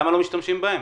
למה לא משתמשים בהם?